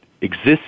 exists